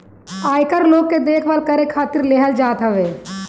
आयकर लोग के देखभाल करे खातिर लेहल जात हवे